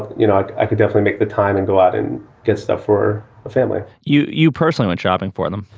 you know, i could definitely make the time and go out and and get stuff for a family you you personally went shopping for them?